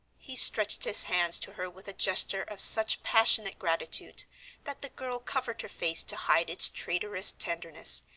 he stretched his hands to her with a gesture of such passionate gratitude that the girl covered her face to hide its traitorous tenderness,